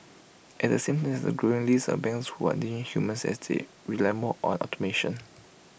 at the same time there's A growing list of banks who are ditching humans as they rely more on automation